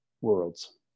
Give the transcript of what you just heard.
worlds